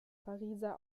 pariser